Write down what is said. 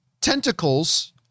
tentacles